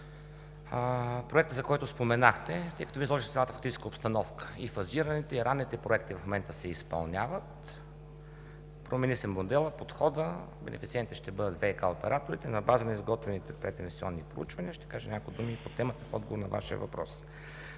Проектът, за който споменахте, тъй като Вие изложихте цялата фактическа обстановка – и фазираните, и ранните проекти в момента се изпълняват. Промени се моделът, подходът. Бенефициентите ще бъдат ВиК операторите на база на изготвените прединвестиционни проучвания. Ще кажа няколко думи и по темата в отговор на Вашия въпрос.